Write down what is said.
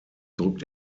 drückt